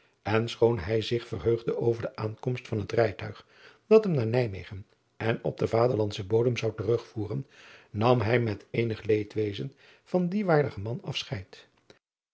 en schoon hij zich verheugde over de aankomst van het rijtuig dat hem naar ijmegen en op den vaderlandschen bodem zou terugvoeren nam hij met eenig leedwezen van dien waardigen man affcheid